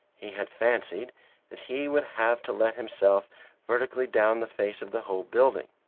he had fancied that he would have to let himself vertically down the face of the whole building.